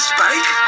Spike